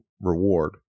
reward